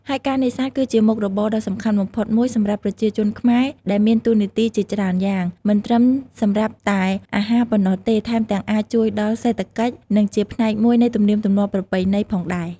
ហើយការនេសាទ គឺជាមុខរបរដ៏សំខាន់បំផុតមួយសម្រាប់ប្រជាជនខ្មែរ ដែលមានតួនាទីជាច្រើនយ៉ាង មិនត្រឹមសម្រាប់តែអាហារប៉ុណ្ណោះទេ ថែមទាំងអាចជួយដល់រសេដ្ឋកិច្ច និងជាផ្នែកមួយនៃទំនៀមទម្លាប់ប្រពៃណីផងដែរ។